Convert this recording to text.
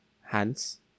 Hands